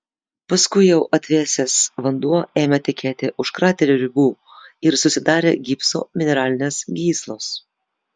paskui jau atvėsęs vanduo ėmė tekėti už kraterio ribų ir susidarė gipso mineralinės gyslos